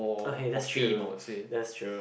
okay that's true that's true